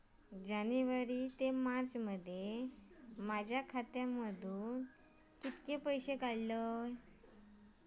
जानेवारी ते मार्चमध्ये माझ्या खात्यामधना किती पैसे काढलय?